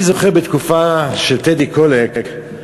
אני זוכר בתקופה של טדי קולק,